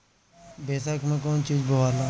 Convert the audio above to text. बैसाख मे कौन चीज बोवाला?